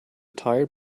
tired